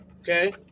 okay